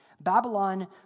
Babylon